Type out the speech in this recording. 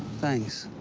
thanks.